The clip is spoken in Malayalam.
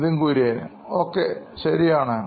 Nithin Kurian COO Knoin Electronics ഒക്കെ ശരിയാണ്